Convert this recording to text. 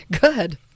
Good